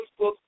Facebook